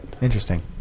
Interesting